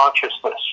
consciousness